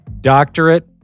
doctorate